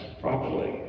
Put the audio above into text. properly